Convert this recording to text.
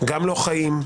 גם לא חיים,